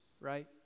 right